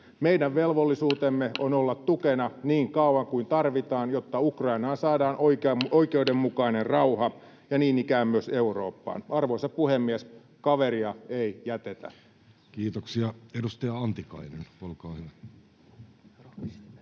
Meidän velvollisuutemme on olla tukena niin kauan kuin tarvitaan, jotta Ukrainaan saadaan oikeudenmukainen rauha ja niin ikään myös Eurooppaan. Arvoisa puhemies! Kaveria ei jätetä. Kiitoksia. — Edustaja Antikainen, olkaa hyvä.